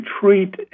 treat